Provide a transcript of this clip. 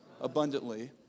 abundantly